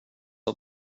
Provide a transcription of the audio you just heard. att